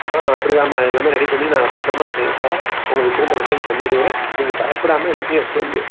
ஆ அப்படி தாம்மா எல்லாமே அப்படி பண்ணி நான் பத்திரமா சேஃபாக உங்களுக்கு திரும்ப ரிட்டன் பண்ணிடுவேன் நீங்கள் பயப்படாமல் எல்லாத்தையும் எடுத்துட்டு வந்து